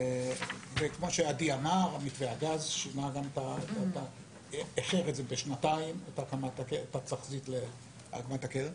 כמו שעדי אמר מתווה הגז עיכב בשנתיים את התחזית להקמת הקרן.